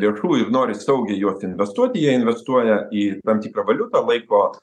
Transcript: lėšų ir nori saugiai juos investuoti jie investuoja į tam tikrą valiutą laiko